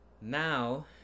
now